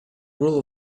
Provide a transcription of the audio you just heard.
rule